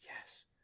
yes